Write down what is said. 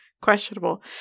questionable